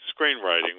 screenwriting